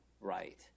right